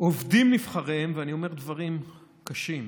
עובדים נבחריהם, ואני אומר דברים קשים,